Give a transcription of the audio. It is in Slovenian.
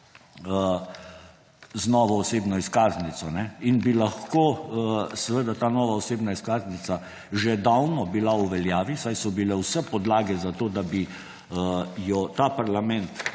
z novo osebno izkaznico in bi lahko bila ta nova osebna izkaznica že davno v veljavi, saj so bile vse podlage za to, da bi ta parlament